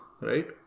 right